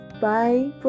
bye